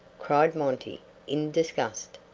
cried monty in disgust.